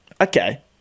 Okay